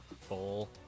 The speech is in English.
full